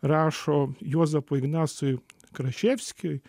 rašo juozapui ignasui kraševskiui